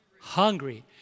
Hungry